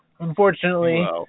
Unfortunately